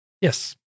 Yes